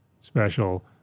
special